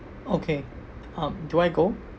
okay um do I go